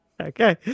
Okay